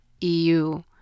EU